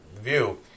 view